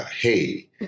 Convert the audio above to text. hey